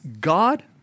God